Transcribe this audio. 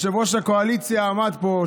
יושב-ראש הקואליציה עמד פה,